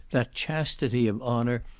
that chastity of honour,